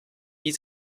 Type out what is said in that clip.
wie